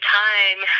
time